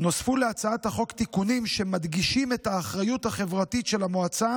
נוספו להצעת החוק תיקונים שמדגישים את האחריות החברתית של המועצה